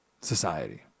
society